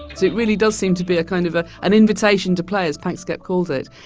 it really does seem to be a kind of ah an invitation to play, as panksepp calls it,